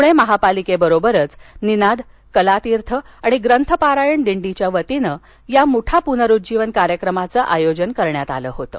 पूणे महापालिकेबरोबरच निनाद कला तीर्थ आणि ग्रंथ पारायण दिंडीच्या वतीनं या मुठा पुनरुज्जीवन कार्यक्रमाचं आयोजन करण्यात आलं होतं